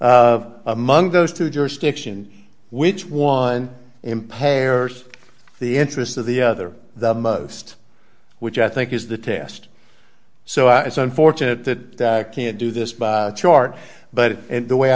of among those two jurisdiction which one impairs the interests of the other the most which i think is the test so it's unfortunate that can't do this by chart but the way